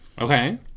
okay